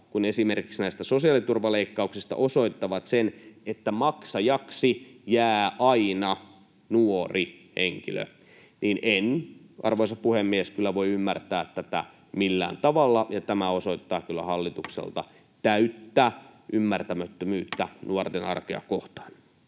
kuin esimerkiksi näistä sosiaaliturvaleikkauksista osoittavat sen, että maksajaksi jää aina nuori henkilö. En, arvoisa puhemies, kyllä voi ymmärtää tätä millään tavalla. Tämä osoittaa kyllä hallitukselta täyttä ymmärtämättömyyttä